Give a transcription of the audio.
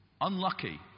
Unlucky